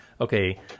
okay